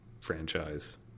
franchise